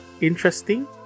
interesting